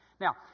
Now